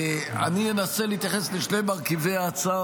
אני אנסה להתייחס לשני מרכיבי ההצעה,